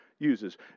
Uses